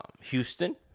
Houston